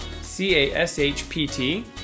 C-A-S-H-P-T